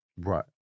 right